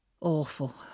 awful